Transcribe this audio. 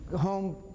home